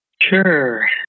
Sure